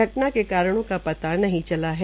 घटना के कारणों का पता नहीं चला है